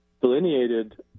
delineated